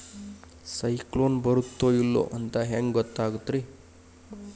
ಸೈಕ್ಲೋನ ಬರುತ್ತ ಇಲ್ಲೋ ಅಂತ ಹೆಂಗ್ ಗೊತ್ತಾಗುತ್ತ ರೇ?